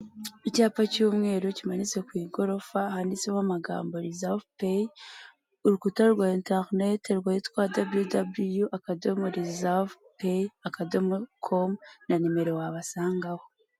Icyapa cy'umweru kimanitse ku igorofa handitseho amagambo rizavu peyi, urukuta rwa interinete rwitwa daburiyu, daburiyu, daburiyu akadomo rizavu peyi akadomo, na nimero wabasangaho.